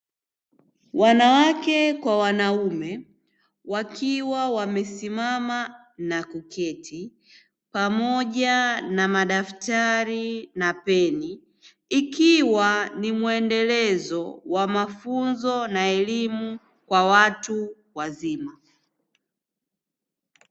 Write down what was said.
Wanawake kwa wanaume wakiwa wamesimama na kuketi pamoja na madaftari na peni, ikiwa ni mwendelezo wa mafunzo na elimu kwa watu wazima.